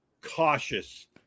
cautious